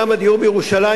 גם הדיור בירושלים,